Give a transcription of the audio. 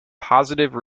positive